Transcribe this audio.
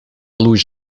luz